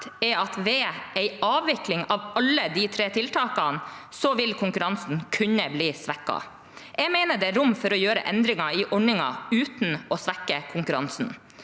2023 ved en avvikling av alle de tre tiltakene vil konkurransen kunne bli svekket. Jeg mener det er rom for å gjøre endringer i ordningen uten å svekke konkurransen.